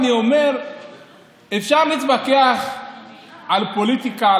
אני אומר שאפשר להתווכח על פוליטיקה,